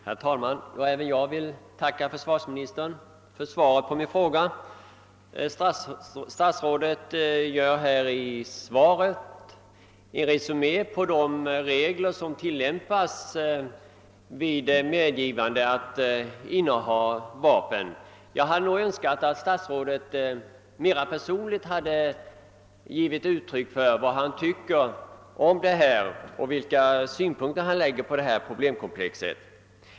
Herr talman! Även jag vill tacka försvarsministern för svaret på min fråga. Statsrådet har i sitt svar gjort en resumé över de regler som tillämpas vid medgivande att inneha vapen. Jag hade dock önskat att statsrådet mera personligt hade givit uttryck för sin uppfattning i denna fråga och för de synpunkter han anlägger på detta problem.